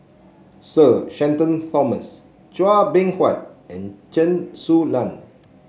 Sir Shenton Thomas Chua Beng Huat and Chen Su Lan